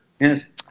Yes